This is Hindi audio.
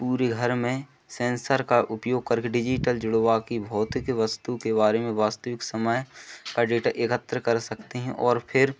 पूरी घर में सेन्सर का उपयोग करके डिजिटल जुडुवा की भौतिक वस्तु के बारे में वास्तविक समय का डेटा एकत्र कर सकते हैं और फिर